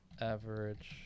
average